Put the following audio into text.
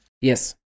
Yes